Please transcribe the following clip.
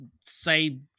say